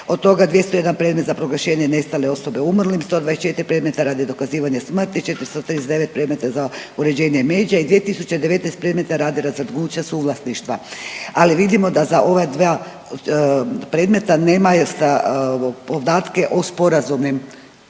od toga 201 predmet za proglašenje nestale osobe umrlim, 124 predmeta radi dokazivanja smrti, 439 predmeta za uređenje međe i 219 predmeta radi razvrgnuća suvlasništva, ali vidimo da za ova dva predmeta nema ovog podatke o sporazumnim,